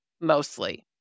mostly